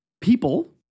people